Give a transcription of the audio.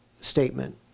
statement